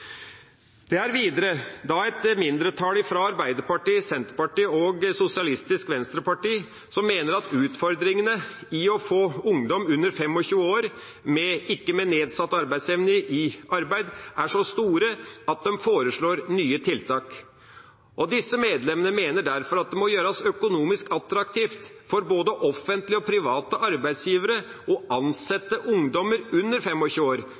Det er videre et mindretall fra Arbeiderpartiet, Senterpartiet og Sosialistisk Venstreparti som mener at utfordringene med å få ungdom under 25 år – og som ikke har nedsatt arbeidsevne – i arbeid, er så store at de foreslår nye tiltak. Disse medlemmene mener derfor at det må gjøres økonomisk attraktivt for både offentlige og private arbeidsgivere å ansette ungdommer under 25 år,